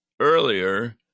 earlier